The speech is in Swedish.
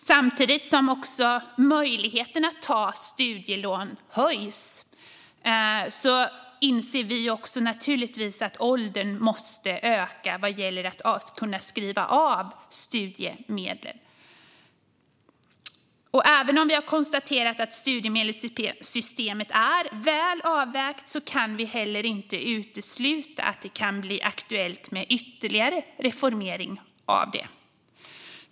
Samtidigt som möjligheten att ta studielån ökar inser vi naturligtvis att åldern måste höjas vad gäller att kunna skriva av studiemedel. Även om vi har konstaterat att studiemedelssystemet är väl avvägt kan vi inte utesluta att det kan bli aktuellt med ytterligare reformering av systemet.